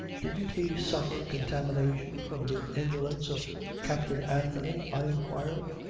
didn't he suffer contamination from the indolence of captain anthony, i inquired.